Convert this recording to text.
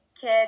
kid